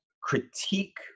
critique